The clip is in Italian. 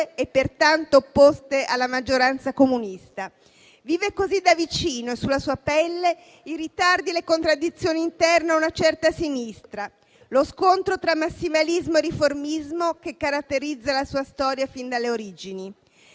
e pertanto opposte alla maggioranza comunista. Vive così da vicino e sulla sua pelle i ritardi e le contraddizioni interne a una certa sinistra, lo scontro tra massimalismo e riformismo che caratterizza la sua storia fin dalle origini.